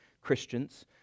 Christians